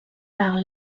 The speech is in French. par